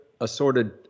Assorted